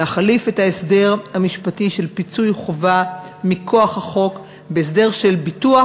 להחליף את ההסדר המשפטי של פיצוי חובה מכוח החוק בהסדר של ביטוח,